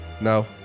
No